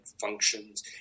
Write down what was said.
functions